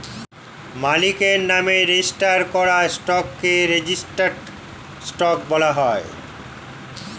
মালিকের নামে রেজিস্টার করা স্টককে রেজিস্টার্ড স্টক বলা হয়